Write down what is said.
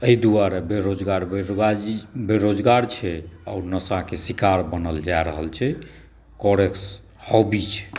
एहि दुआरे बेरोजगार बढ़ब वाजिब छै बेरोजगार छै आ नशाके शिकार बनल जा रहल छै कोरेक्स हॉबी छै